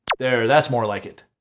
there, that's more like it.